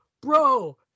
bro